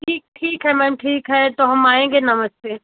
ठीक ठीक है मैम ठीक है तो हम आएँगे नमस्ते